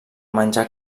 menjar